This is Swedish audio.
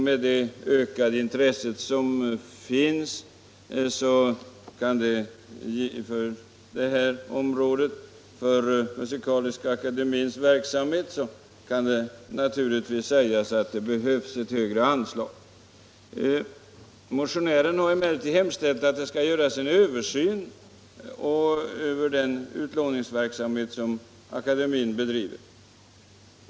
Med det ökade intresset för Musikaliska akademiens verksamhet kan naturligtvis sägas att det behövs ett högre anslag. Motionären har emellertid hemställt att det skall göras en översyn av den utlåningsverksamhet som Musikaliska akademien bedriver.